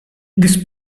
this